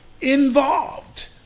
involved